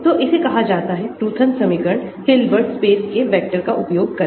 तो इसे कहा जाता है रूटथन समीकरणहिल्बर्ट स्पेस के वैक्टरका उपयोग करके